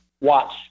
watch